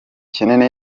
kinini